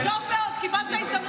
לשתות כוס